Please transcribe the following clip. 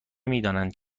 میدانند